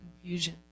confusion